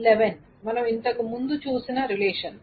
L11 మనము ఇంతకుముందు చూసిన రిలేషన్